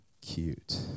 cute